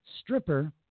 stripper